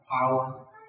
power